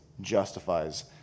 justifies